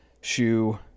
shoe